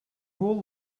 rule